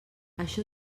això